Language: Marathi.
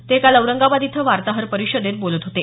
ते काल औरंगाबाद इथं वार्ताहर परिषदेत बोलत होते